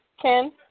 Ken